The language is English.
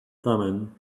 thummim